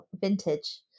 vintage